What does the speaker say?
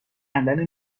کندن